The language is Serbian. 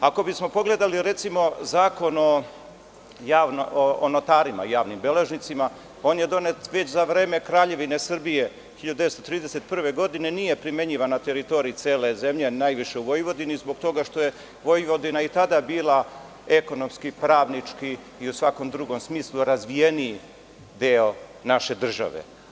Ako bismo pogledali, recimo, Zakon o notarima i javnim beležnicima, on je donet već za vreme Kraljevine Srbije 1931. godine i nije primenjivan na teritoriji cele zemlje, a najviše u Vojvodini, zbog toga što je Vojvodina i tada bila ekonomski, pravnički i u svakom drugom smislu razvijeniji deo naše države.